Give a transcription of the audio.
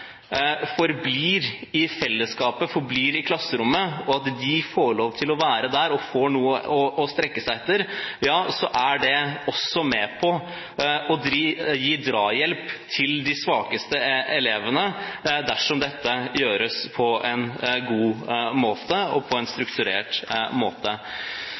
forblir i fellesskapet, i klasserommet, at de får lov til å være der og får noe å strekke seg etter, er det også med på å gi drahjelp til de svakeste elevene, dersom dette gjøres på en god og strukturert måte.